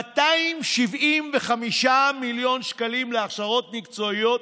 275 מיליון שקלים להכשרות מקצועיות,